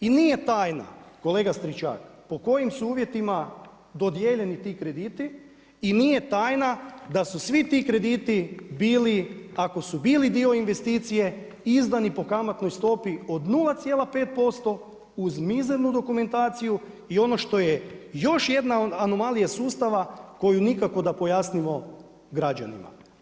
I nije tajna, kolega Stričak, pod kojim su uvjetima dodijeljeni ti krediti i nije tajna da su svi ti krediti bili ako su bili dio investicije, izdani po kamatnoj stopi od 0,5% uz mizernu dokumentaciju i ono što je još jedna anomalija sustava koju nikako da pojasnimo građanima.